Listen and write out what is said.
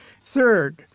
Third